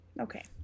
okay